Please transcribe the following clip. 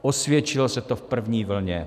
Osvědčilo se to v první vlně.